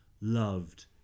loved